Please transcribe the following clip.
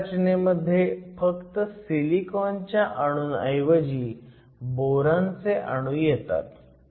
ह्या रचनेमध्ये फक्त सिलिकॉनच्या अणूंऐवजी बोरॉनचे अणू येतात